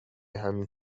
همین